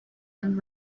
and